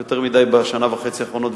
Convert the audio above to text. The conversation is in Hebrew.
יותר מדי בשנה וחצי האחרונות,